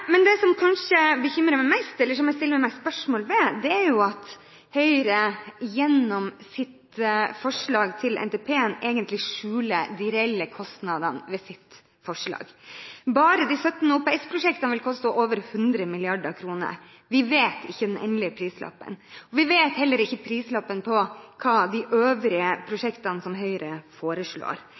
Men det som kanskje bekymrer meg mest, eller som jeg stiller flest spørsmål ved, er at Høyre gjennom sitt forslag til NTP egentlig skjuler de reelle kostnadene ved sitt forslag. Bare de 17 OPS-prosjektene vil koste over 100 mrd. kr. Vi vet ikke den endelige prislappen. Vi vet heller ikke hva prislappen er på de øvrige prosjektene som Høyre foreslår.